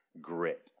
grit